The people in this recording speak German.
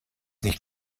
nicht